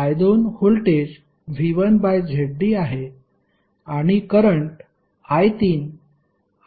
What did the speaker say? I2 voltage V1ZD आहे आणि current I3